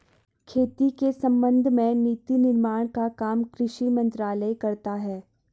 खेती के संबंध में नीति निर्माण का काम कृषि मंत्रालय करता है